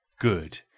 good